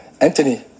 Anthony